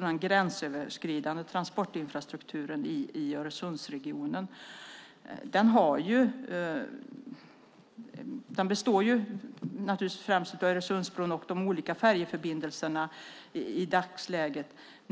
Den gränsöverskridande transportinfrastruktur i Öresundsregionen som Ann Arleklo efterlyser består i dagsläget främst av Öresundsbron och de olika färjeförbindelserna.